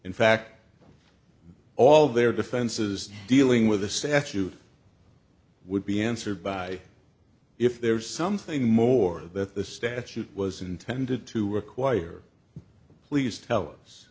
in fact all their defenses dealing with the statute would be answered by if there's something more that the statute was intended to require please tel